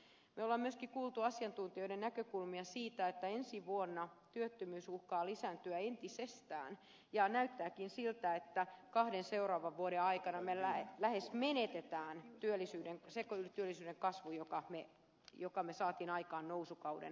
me olemme myöskin kuulleet asiantuntijoiden näkökulmia siitä että ensi vuonna työttömyys uhkaa lisääntyä entisestään ja näyttääkin siltä että kahden seuraavan vuoden aikana me lähes menetämme sen työllisyyden kasvun jonka me saimme aikaan nousukauden aikana